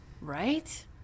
Right